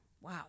Wow